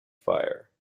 fire